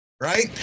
right